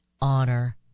honor